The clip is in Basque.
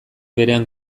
berean